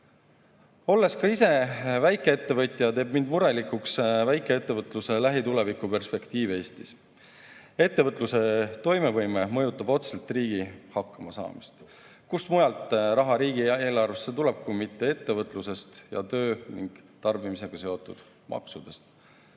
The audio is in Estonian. Olles ka ise väikeettevõtja, teeb mind murelikuks väikeettevõtluse lähitulevikuperspektiiv Eestis. Ettevõtluse toimevõime mõjutab otseselt riigi hakkamasaamist. Kust mujalt raha riigieelarvesse tuleb kui mitte ettevõtlusest ja töö ning tarbimisega seotud maksudest.